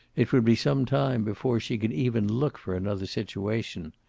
it would be some time before she could even look for another situation.